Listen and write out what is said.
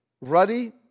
ruddy